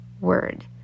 word